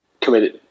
committed